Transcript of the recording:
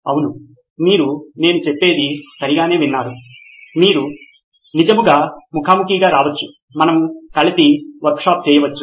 అవును మీరు నేను చెప్పేది సరిగానే విన్నారు మీరు నిజంగా ముఖాముఖిగా రావచ్చు మనము కలిసి వర్క్షాప్ చేయవచ్చు